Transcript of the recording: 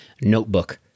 notebook